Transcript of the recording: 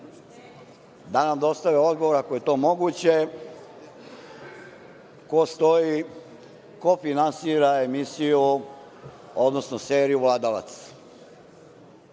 da nam dostave odgovor ako je to moguće, ko stoji, ko finansira emisiju, odnosno seriju